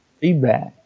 Feedback